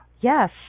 yes